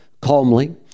calmly